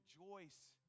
rejoice